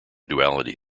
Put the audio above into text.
duality